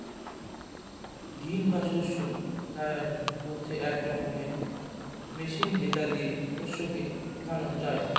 grain বা শস্য dryer হচ্ছে এক রকমের মেশিন যেটা দিয়ে শস্যকে শুকানো যায়